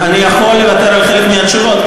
אני יכול לוותר על חלק מהתשובות,